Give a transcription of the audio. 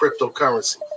cryptocurrency